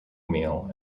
meal